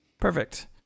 Perfect